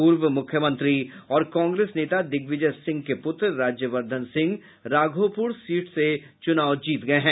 पूर्व मुख्यमंत्री और कांग्रेस नेता दिग्विजय सिंह के पुत्र राज्यवर्धन सिंह राघोगढ़ सीट से चुनाव जीत गए हैं